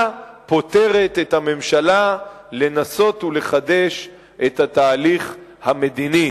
פוטרת את הממשלה מלנסות לחדש את התהליך המדיני,